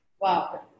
wow